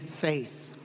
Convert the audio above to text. faith